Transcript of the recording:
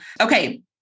Okay